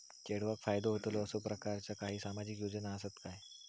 चेडवाक फायदो होतलो असो प्रकारचा काही सामाजिक योजना असात काय?